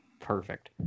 perfect